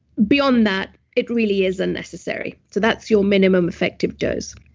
beyond that, it really isn't necessary. so that's your minimum effective dose.